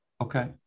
Okay